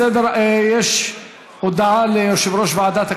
יש הודעה ליושב-ראש ועדת הכנסת.